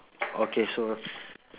okay so